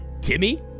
Timmy